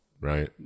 Right